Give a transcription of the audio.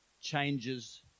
changes